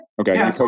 Okay